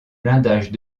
blindage